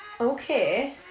Okay